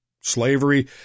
Slavery